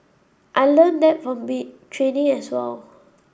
I learnt that from training as well